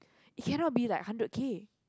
it cannot be like hundred K